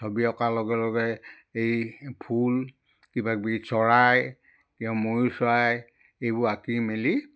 ছবি অঁকাৰ লগে লগে এই ফুল কিবাকবি চৰাই কিবা ময়ূৰ চৰাই এইবোৰ আঁকি মেলি